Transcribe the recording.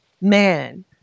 man